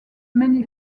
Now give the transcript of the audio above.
many